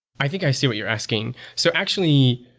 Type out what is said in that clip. i think i see what you're asking. so actually,